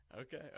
Okay